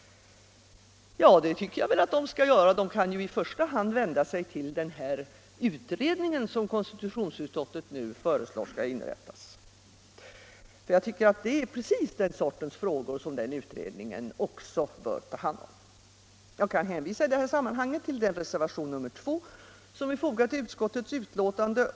Ja, det tycker jag den skall göra. Den kan ju i första hand vända sig till den utredning som konstitutionsutskottet nu föreslår skall tillsättas — det är bl.a. den sortens frågor den utredningen bör arbeta med. Jag kan i detta sammanhang hänvisa till reservation 2 till utskottets betänkande.